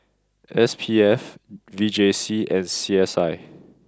S P F V J C and C S I